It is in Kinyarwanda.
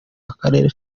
akarere